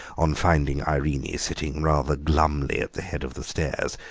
on finding irene sitting rather glumly at the head of the stairs,